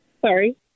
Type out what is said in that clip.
sorry